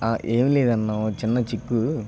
ఏం లేదన్నా ఒక చిన్న చిక్కూ